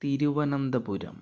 Thiruvananthapuram